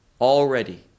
already